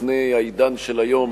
לפני העידן של היום,